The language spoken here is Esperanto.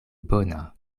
bona